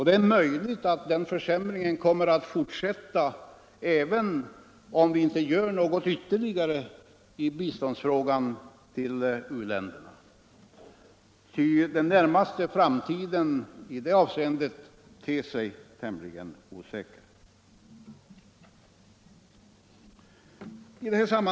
Det är möjligt att den försämringen kommer att fortsätta även om vi inte gör något ytterligare i fråga om bistånd till u-länderna, ty den närmaste framtiden ter sig tämligen osäker i det här avseendet.